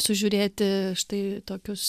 sužiūrėti štai tokius